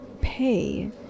pay